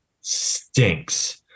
stinks